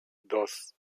dos